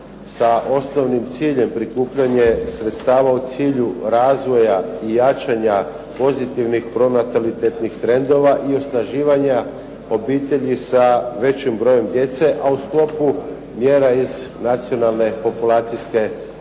sa osnovnim ciljem prikupljanja sredstava u cilju razvoja i jačanja pozitivnih pronatalitetnih trendova i osnaživanja obitelji sa većim brojem djece a u sklopu mjera iz nacionalne populacijske politike.